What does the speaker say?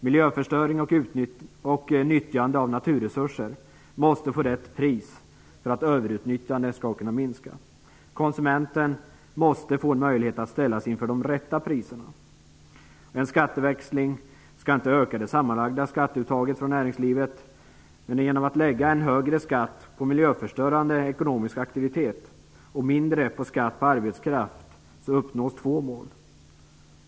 Miljöförstöring och nyttjande av naturresurser måste få rätt pris för att överutnyttjandet skall kunna minska. Konsumenten måste få en möjlighet att ställas inför de rätta priserna. En skatteväxling skall inte öka det sammanlagda skatteuttaget från näringslivet. Men genom att lägga en högre skatt på miljöförstörande ekonomisk aktivitet och mindre skatt på arbetskraft uppnås två mål.